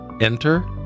Enter